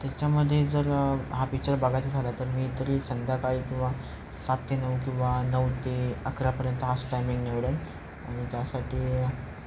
त्याच्यामध्ये जर हा पिक्चर बघायचा झाला तर मी तरी संध्याकाळी किंवा सात ते नऊ किंवा नऊ ते अकरापर्यंत हाच टायमिंग निवडेल आणि त्यासाठी